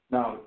Now